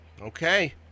Okay